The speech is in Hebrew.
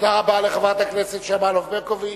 תודה רבה לחברת הכנסת שמאלוב-ברקוביץ.